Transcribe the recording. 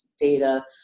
data